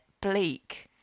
bleak